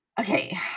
okay